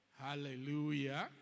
Hallelujah